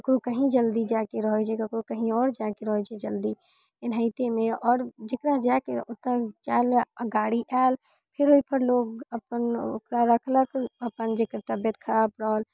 ककरो कहीं जल्दी जाइके रहै छै ककरो कहीं आओर जाइके रहै छै जल्दी एनाहितेमे आओर जकरा जाइके आओर गाड़ी आयल फेर ओइपर लोग अपन ओकरा रखलक अपन जकर तबियत खराब रहल